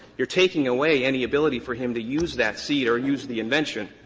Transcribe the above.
you are taking away any ability for him to use that seed or use the invention.